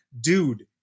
dude